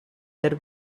their